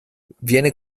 viene